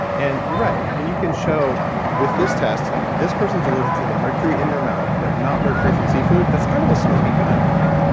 and you're right. when you can show with this test, this person's allergic to the mercury in their mouth but not mercury from seafood, that's kind of a smoking gun right?